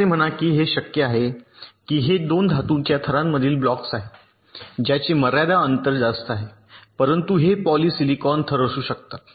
असे म्हणा की हे शक्य आहे की हे 2 धातूच्या थरातील ब्लॉक्स आहेत ज्याचे मर्यादा अंतर जास्त आहे परंतु हे पॉलिसिलिकॉन थर असू शकतात